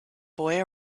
boy